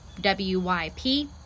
WYP